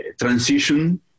transition